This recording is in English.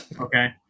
Okay